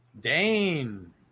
Dane